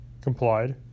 complied